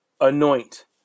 anoint